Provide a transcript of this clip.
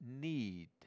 need